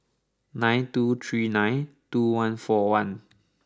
nine two three two two one four one